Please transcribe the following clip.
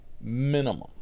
Minimum